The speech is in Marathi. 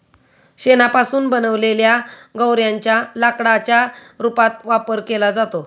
शेणापासून बनवलेल्या गौर्यांच्या लाकडाच्या रूपात वापर केला जातो